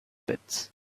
pits